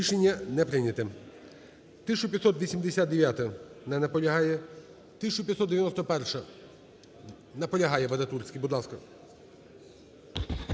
Рішення не прийняте. 1589-а. Не наполягає. 1591-а. Наполягає. Вадатурський, будь ласка.